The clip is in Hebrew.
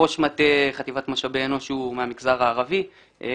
ראש מטה חטיבת משאבי אנוש שהוא מהמגזר הערבי מגיע.